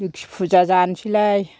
लोखि फुजा जानोसैलाय